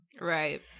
Right